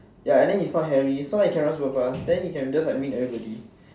ya and then he's not hairy so like he can run super fast than he can just like win everybody